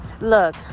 Look